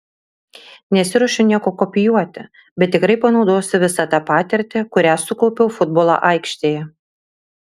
nesiruošiu nieko kopijuoti bet tikrai panaudosiu visą tą patirtį kurią sukaupiau futbolo aikštėje